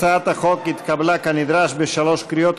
הצעת החוק התקבלה כנדרש בשלוש קריאות,